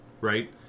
right